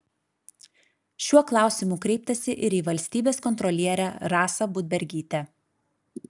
šiuo klausimu kreiptasi ir į valstybės kontrolierę rasą budbergytę